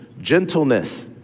Gentleness